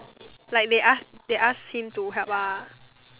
like they ask they ask him to help ah